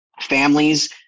families